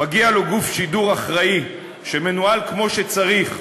מגיע לו גוף שידור אחראי שמנוהל כמו שצריך,